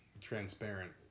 transparent